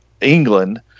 England